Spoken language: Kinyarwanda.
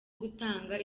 gutanga